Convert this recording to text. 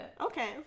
Okay